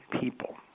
people